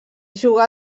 jugà